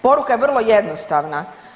Poruka je vrlo jednostavna.